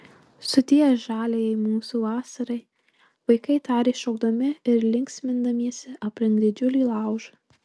sudie žaliajai mūsų vasarai vaikai tarė šokdami ir linksmindamiesi aplink didžiulį laužą